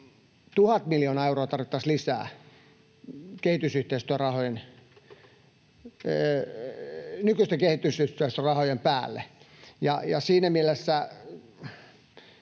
1 000 miljoonaa euroa tarvittaisiin lisää nykyisten kehitysyhteistyörahojen päälle, ja siinä mielessä